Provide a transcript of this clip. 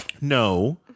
No